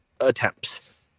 attempts